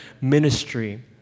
ministry